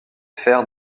fer